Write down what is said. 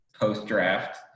post-draft